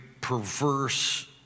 perverse